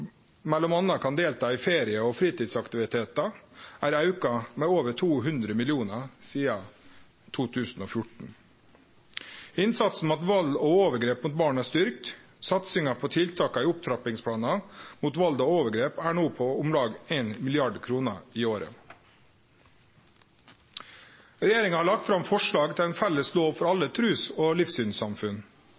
kan delta i ferie- og fritidsaktivitetar, er auka med over 200 mill. kr sidan 2014. Innsatsen mot vald og overgrep mot barn er styrkt. Satsinga på tiltaka i opptrappingsplanen mot vald og overgrep er no på om lag 1 mrd. kr i året. Regjeringa har lagt fram forslag til ei felles lov for alle trus- og livssynssamfunn.